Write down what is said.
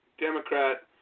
Democrat